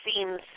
seems